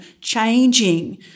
changing